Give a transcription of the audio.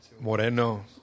Moreno